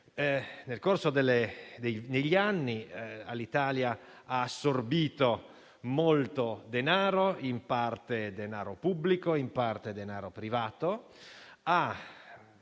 nel corso degli anni Alitalia ha assorbito molto denaro, in parte denaro pubblico, in parte denaro privato,